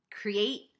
create